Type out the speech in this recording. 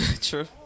True